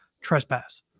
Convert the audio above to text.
trespass